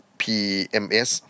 pms